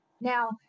Now